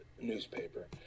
newspaper